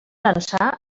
ençà